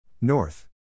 North